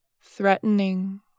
threatening